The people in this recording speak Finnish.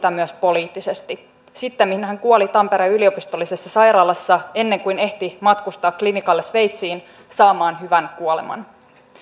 myös poliittisesti sittemmin hän kuoli tampereen yliopistollisessa sairaalassa ennen kuin ehti matkustaa klinikalle sveitsiin saamaan hyvän kuoleman